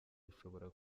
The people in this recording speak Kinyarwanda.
ushobora